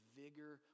vigor